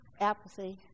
apathy